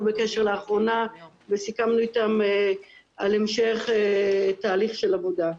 בקשר לאחרונה וסיכמנו איתם על המשך תהליך של עבודה.